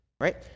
right